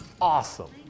awesome